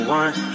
one